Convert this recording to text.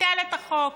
ביטל את החוק,